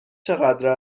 چقدر